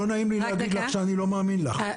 לא נעים לי להגיד לך שאני לא מאמין לך,